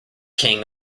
king